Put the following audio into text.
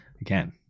again